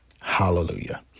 Hallelujah